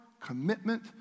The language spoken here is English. commitment